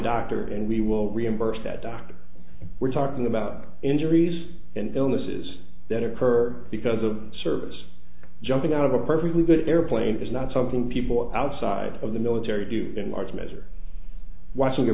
doctor and we will reimburse that doctor we're talking about injuries and illnesses that occur because of service jumping out of a perfectly good airplane is not something people outside of the military do in large measure while your